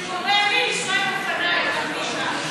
זה גורם לי לנסוע עם אופניים לפגישה.